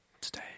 today